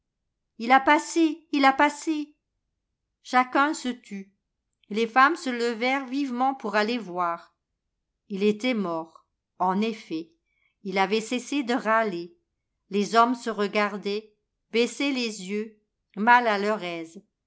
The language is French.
ii a passé il a passé chacun se tut les femmes se levèrent vivement pour aller voir ii était mort en effet ii avait cessé de râler les hommes se regardaient baissaient les yeux mal à leur aise